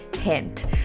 Hint